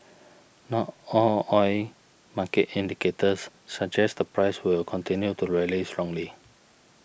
not all oil market indicators suggest the price will continue to rally strongly